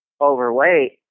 overweight